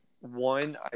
one